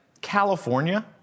California